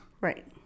right